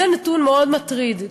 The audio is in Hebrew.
זה נתון מאוד מטריד,